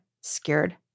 scared